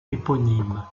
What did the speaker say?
éponyme